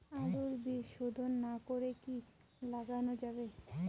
আলুর বীজ শোধন না করে কি লাগানো যাবে?